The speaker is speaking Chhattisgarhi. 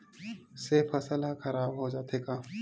से फसल ह खराब हो जाथे का?